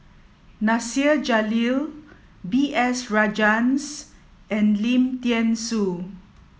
Nasir Jalil B S Rajhans and Lim Thean Soo